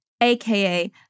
aka